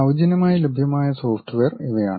സൌജന്യമായി ലഭ്യമായ സോഫ്റ്റ്വെയർ ഇവയാണ്